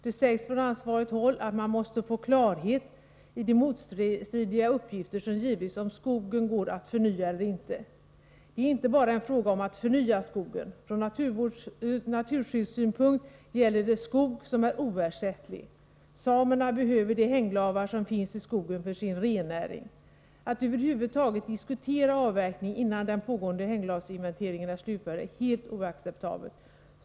Det sägs från ansvarigt håll att man måste få klarhet med anledning av de motstridiga uppgifterna om möjligheterna att förnya skogen. Det är inte bara en fråga om att förnya skogen. Från naturskyddssynpunkt gäller det skog som är oersättlig. Samerna behöver de hänglavar som finns i skogen för sin rennäring. Att över huvud taget 129 diskutera avverkning innan den pågående hänglavsinventeringen är slutförd är helt oacceptabelt.